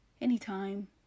Anytime